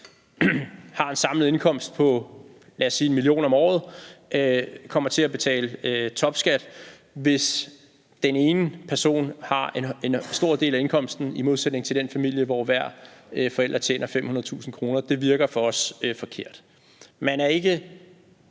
har en samlet indkomst på, lad os sige 1 mio. kr. om året, kommer til at betale topskat, hvis den ene person har en stor del af indkomsten, i modsætning til den familie, hvor hver forælder tjener 500.000 kr. Det virker for os forkert. Man er ikke